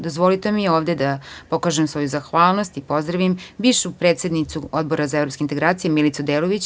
Dozvolite mi ovde da pokažem svoju zahvalnost i pozdravim bivšu predsednicu Odbora za evropske integracije Milicu Delević.